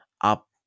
up